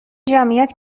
جمعیت